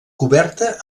coberta